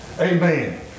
Amen